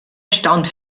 stand